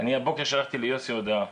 הבוקר אני שלחתי ליוסי הודעה,